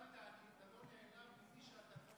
התכוונת: אתה לא נעלב ממי שאתה לא מעריך.